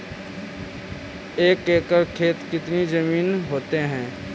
एक एकड़ खेत कितनी जमीन होते हैं?